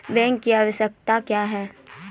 Bank की आवश्यकता क्या हैं?